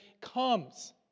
comes